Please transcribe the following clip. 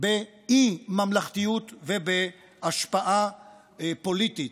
באי-ממלכתיות ובהשפעה פוליטית.